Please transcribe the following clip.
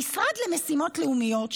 המשרד למשימות לאומיות,